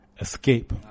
Escape